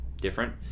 different